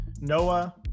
Noah